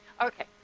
Okay